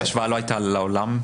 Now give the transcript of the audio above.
ההשוואה לא הייתה לעולם,